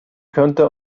könnte